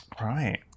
Right